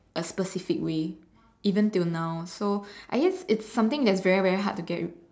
A specific way even till now so I guess it's something that's very very hard to get